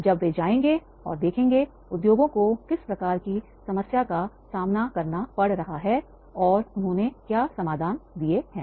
जब वे जाएंगे और देखेंगे उद्योगों को किस प्रकार की समस्या का सामना करना पड़ रहा है और उन्होंने क्या समाधान दिए हैं है